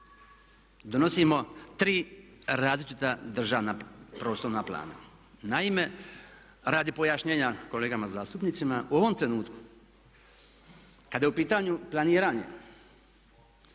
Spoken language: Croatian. donosimo tri različita državna prostorna plana. Naime, radi pojašnjenja kolegama zastupnicima u ovom trenutku kada je u pitanju planiranje